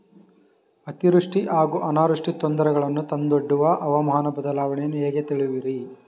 ಅತಿವೃಷ್ಟಿ ಹಾಗೂ ಅನಾವೃಷ್ಟಿ ತೊಂದರೆಗಳನ್ನು ತಂದೊಡ್ಡುವ ಹವಾಮಾನ ಬದಲಾವಣೆಯನ್ನು ಹೇಗೆ ತಿಳಿಯುವಿರಿ?